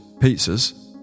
pizzas